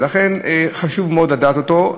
ולכן חשוב מאוד לדעת אותו.